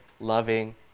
loving